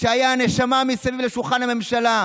שהיה הנשמה מסביב לשולחן הממשלה,